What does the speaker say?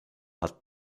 hat